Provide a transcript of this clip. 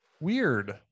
Weird